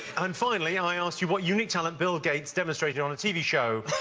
and finally i asked you what unique talent bill gates demonstrated on a tv show